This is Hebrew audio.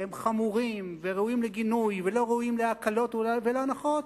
שהם חמורים וראויים לגינוי ולא ראויים להקלות ולהנחות,